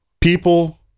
People